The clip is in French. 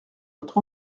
notre